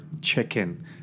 chicken